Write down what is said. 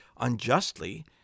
unjustly